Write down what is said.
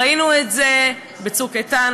ראינו את זה ב"צוק איתן",